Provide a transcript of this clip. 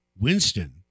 Winston